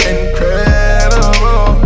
Incredible